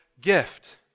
gift